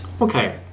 Okay